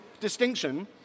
distinction